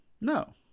No